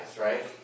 right